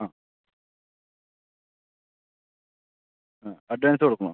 ആ ആ അഡ്വാൻസ് കൊടുക്കണോ